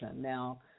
Now